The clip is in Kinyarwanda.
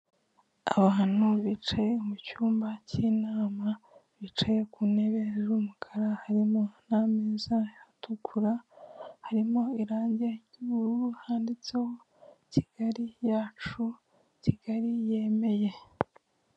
Abantu bicaye mu cyumba cy'inama bicaye ku ntebe z'umukara harimo n'ameza atukura, harimo irangi ry'ubururu handitseho Kigali yacu, Kigali yemeye.